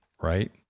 right